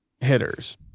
hitters